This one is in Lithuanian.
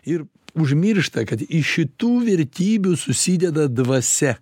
ir užmiršta kad iš šitų vertybių susideda dvasia